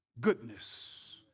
goodness